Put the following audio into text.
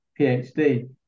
PhD